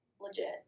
legit